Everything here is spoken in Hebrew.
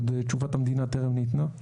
עוד תשובת המדינה טרם ניתנה.